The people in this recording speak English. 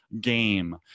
game